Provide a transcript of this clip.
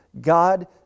God